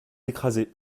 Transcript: écrasé